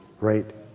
right